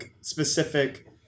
specific